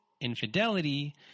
infidelity